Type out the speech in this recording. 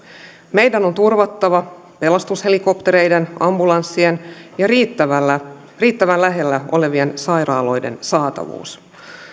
meidän on turvattava pelastushelikoptereiden ambulanssien ja riittävän riittävän lähellä olevien sairaaloiden saatavuus